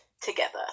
together